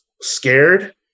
scared